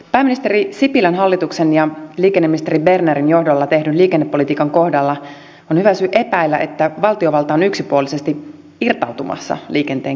pääministeri sipilän hallituksen ja liikenneministeri bernerin johdolla tehdyn liikennepolitiikan kohdalla on hyvä syy epäillä että valtiovalta on yksipuolisesti irtautumassa liikenteen kehittämisestä